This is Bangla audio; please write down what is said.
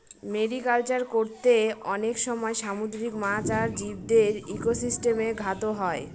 মেরিকালচার করতে অনেক সময় সামুদ্রিক মাছ আর জীবদের ইকোসিস্টেমে ঘাত হয়